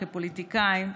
כפוליטיקאים,